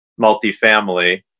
multifamily